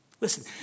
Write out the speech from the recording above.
Listen